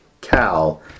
Cal